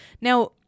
Now